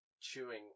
chewing